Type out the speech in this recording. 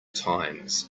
times